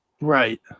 Right